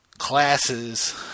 Classes